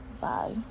Bye